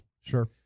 Sure